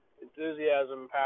enthusiasm